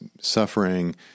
suffering